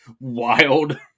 wild